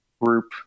group